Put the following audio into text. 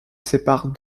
sépare